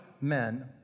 men